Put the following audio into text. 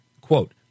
quote